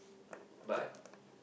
but